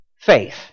faith